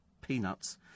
peanuts